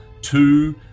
two